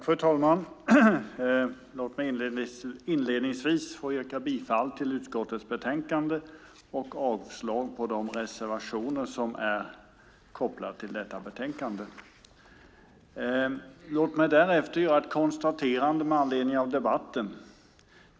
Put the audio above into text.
Fru talman! Låt mig inledningsvis yrka bifall till förslaget i utskottets betänkande och avslag på de reservationer som är kopplade till detta betänkande. Låt mig därefter göra ett konstaterande med anledning av debatten.